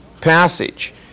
passage